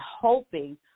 hoping